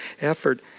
effort